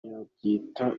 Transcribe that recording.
yabyita